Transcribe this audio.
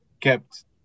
kept